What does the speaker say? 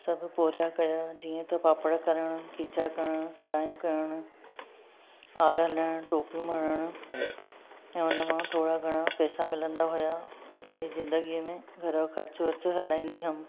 सभु पूरिया कयां जीअं त पापड़ करणु खीचा करणु सिलायूं करणु और लहिणु टोपियूं मढ़णु ऐं हुन मां थोरा घणा पैसा मिलंदा हुआ पोइ पंहिंजी जिंदगीअ में घर जो ख़र्चु वर्चो हलाईंदी हुअमि